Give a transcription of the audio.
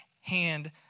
hand